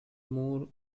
more